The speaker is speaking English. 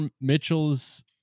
Mitchell's